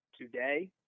today